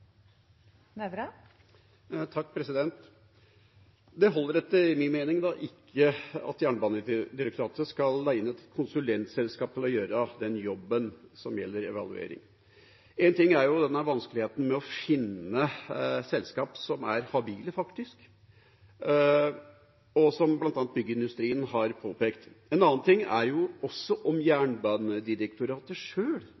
Det holder etter min mening ikke at Jernbanedirektoratet skal leie inn et konsulentselskap til å gjøre den jobben som gjelder evaluering. En ting er vanskeligheten med å finne selskap som er habile, noe som bl.a. byggindustrien har påpekt. En annen ting er hvordan Jernbanedirektoratet sjøl har vært involvert. Det er lov å spørre om